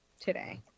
Today